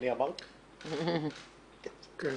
לכל